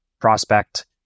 prospect